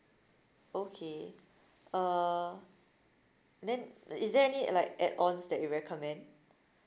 okay uh then is there any like add ons that you recommend